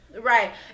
right